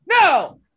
no